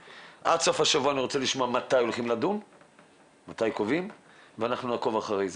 עד סוף השבוע אני רוצה לשמוע מתי הולכים לדון ואנחנו נעקוב אחרי זה.